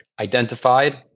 identified